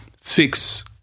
fix